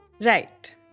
Right